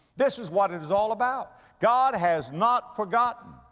this is what it is all about. god has not forgotten.